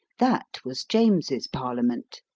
that was james's parliament.